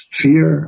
fear